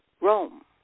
Rome